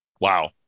wow